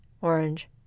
orange